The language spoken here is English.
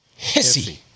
Hissy